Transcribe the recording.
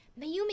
Mayumi